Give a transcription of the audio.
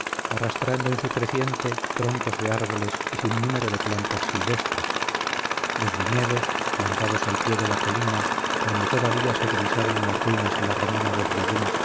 arrastrando en su creciente troncos de árboles y sinnúmero de plantas silvestres los viñedos plantados al pie de la colina donde todavía se divisaban las ruinas de la romana